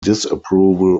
disapproval